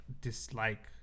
dislike